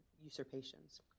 usurpations